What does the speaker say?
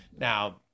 now